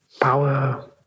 power